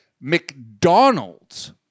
mcdonald's